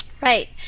Right